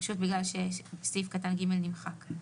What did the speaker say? פשוט בגלל שסעיף קטן (ג) נמחק.